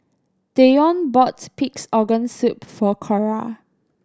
Deion bought Pig's Organ Soup for Cora